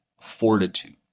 fortitude